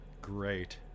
Great